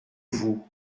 vous